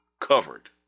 covered